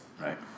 Right